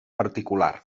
particular